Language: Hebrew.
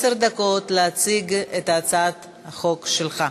עשר דקות להצגת הצעת החוק שלך.